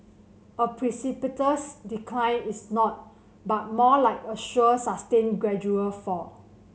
a precipitous decline is not but more like a sure sustained gradual fall